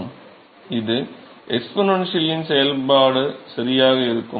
மாணவர் இது எக்ஸ்பொனென்ஷியலின் செயல்பாடு சரியாக இருக்கும்